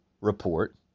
report